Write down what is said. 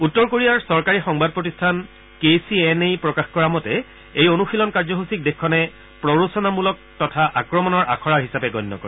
উত্তৰ কোৰিয়াৰ চৰকাৰী সংবাদ প্ৰতিষ্ঠান কে চি এন এই প্ৰকাশ কৰা মতে এই অনুশীলন কাৰ্যসুচীক দেশখনে প্ৰৰোচনামূলক তথা আক্ৰমণৰ আখৰা হিচাপে গণ্য কৰে